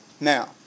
Now